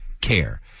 care